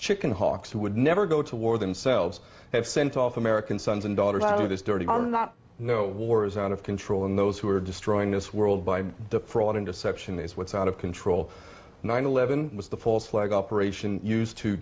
chicken hawks who would never go to war themselves have sent off american sons and daughters out of this dirty are not no wars out of control and those who are destroying this world by fraud and deception is what's out of control nine eleven was the false flag operation used to